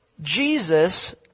Jesus